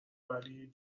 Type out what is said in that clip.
ولی